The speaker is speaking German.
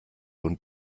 und